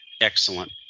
excellent